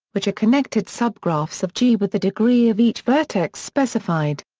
which are connected subgraphs of g with the degree of each vertex specified.